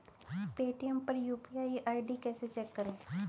Paytm पर UPI ID कैसे check करें?